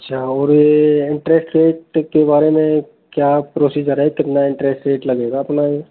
अच्छा और ये इंटरेस्ट रेट के बारे में क्या प्रोसीज़र है कितना इंटरेस्ट रेट लगेगा अपना ये